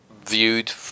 viewed